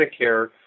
Medicare